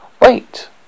Wait